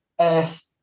earth